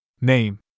Name